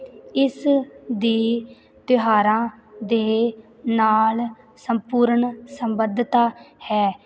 ਇਸ ਦੀ ਤਿਉਹਾਰਾਂ ਦੇ ਨਾਲ ਸੰਪੂਰਨ ਸੰਬੰਧਤਾ ਹੈ